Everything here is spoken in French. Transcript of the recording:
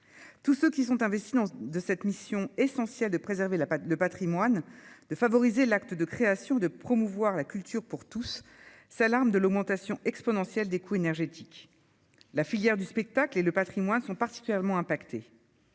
tous ceux qui sont investis de cette mission essentielle de préserver la pâte de Patrimoine, de favoriser l'acte de création de promouvoir la culture pour tous, s'arme de l'augmentation exponentielle des coûts énergétiques, la filière du spectacle et le Patrimoine sont particulièrement impactées,